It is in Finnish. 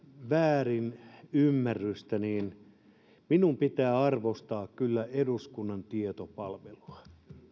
väärinymmärrystä minun pitää arvostaa kyllä eduskunnan tietopalvelua